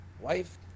wife